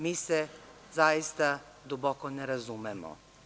Mi se zaista duboko ne razumemo.